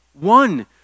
one